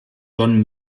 john